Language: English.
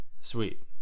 sweet